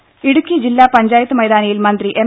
മണി ഇടുക്കി ജില്ലാപഞ്ചായത്ത് മൈതാനിയിൽ മന്ത്രി എം